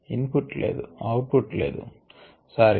in put లేదు output లేదు sorry